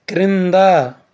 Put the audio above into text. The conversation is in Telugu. క్రింద